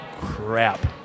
crap